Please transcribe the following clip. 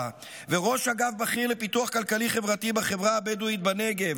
וראש אגף בכיר לפיתוח כלכלי חברתי בחברה הבדואית בנגב